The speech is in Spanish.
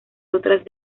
otras